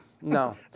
no